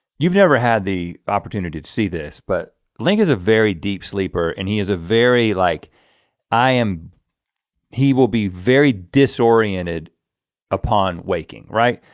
you've never had the opportunity to see this but link is a very deep sleeper and he is a very like um he will be very disoriented upon waking right?